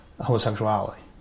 homosexuality